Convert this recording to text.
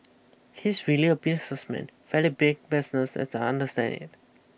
he's really a businessman fairly big business as I understand it